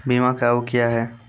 बीमा के आयु क्या हैं?